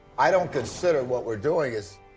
i don't consider what we're doing is,